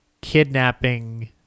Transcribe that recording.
kidnapping